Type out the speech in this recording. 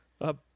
Up